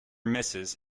misses